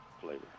flavor